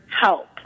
help